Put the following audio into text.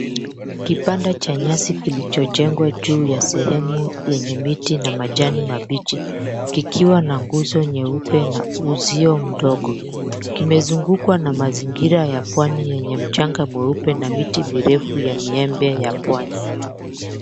Kibanda cha nyasi kilichojengwa juu ya sehemu yenye miti na majani mabichi, kikiwa na nguzo nyeupe na uzio mdogo, kimezungukwa na mazingira ya pwani yenye mchanga mweupe na miti mirefu ya miembe ya pwani.